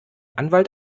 anwalt